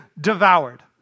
devoured